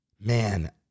man